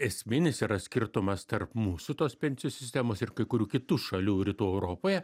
esminis yra skirtumas tarp mūsų tos pensijų sistemos ir kai kurių kitų šalių rytų europoje